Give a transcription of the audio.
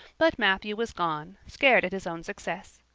but matthew was gone, scared at his own success.